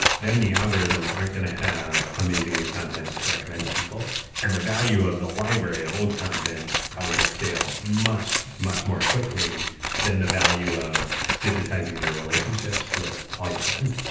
then the algorithms aren't going to have amazing new content to recommend to people and the value of the library of old content probably gets stale much much more quickly than the value of digitizing your relationships with all your friends.